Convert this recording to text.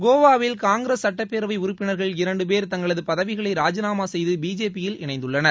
கோவாவில் காங்கிரஸ் சட்டப்பேரவை உறுப்பினர்கள் இரண்டு பேர் தங்களது பதவிகளை ராஜினாமா செய்து பிஜேபியில் இணைந்துள்ளனர்